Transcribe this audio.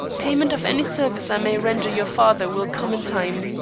payment of any service i may render your father will come in time.